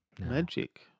Magic